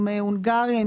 עם הונגריה,